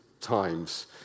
times